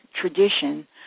tradition